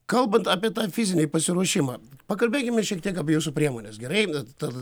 kalbant apie fizinį pasiruošimą pakalbėkime šiek tiek apie jūsų priemones gerai ta